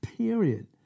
Period